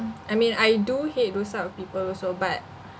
I mean I do hate those type of people also but